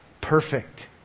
perfect